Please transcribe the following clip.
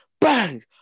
bang